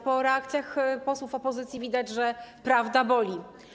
Po reakcjach posłów opozycji widać, że prawda boli.